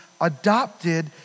adopted